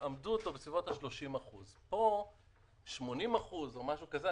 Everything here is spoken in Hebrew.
אמדו אותו בסביבות 30%. פה 80% או משהו כזה,